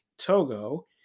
togo